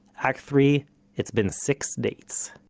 act three it's been six dates